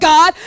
God